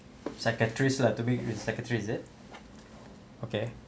psychiatrist lah to be with psychiatrist is it okay